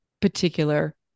particular